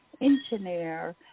engineer